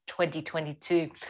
2022